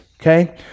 Okay